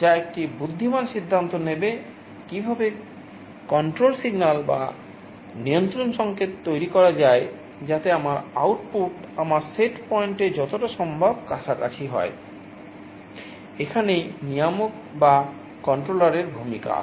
যা একটি বুদ্ধিমান সিদ্ধান্ত নেবে কীভাবে কন্ট্রোল সিগন্যাল এর ভূমিকা আসে